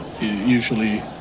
usually